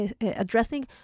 addressing